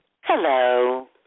Hello